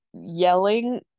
yelling